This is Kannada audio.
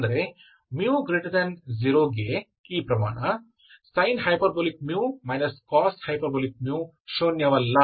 ಅಂದರೆ μ0 ಗೆ ಈ ಪ್ರಮಾಣ sin hμx hμx ಶೂನ್ಯವಲ್ಲ